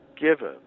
given